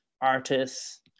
artists